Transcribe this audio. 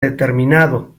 determinado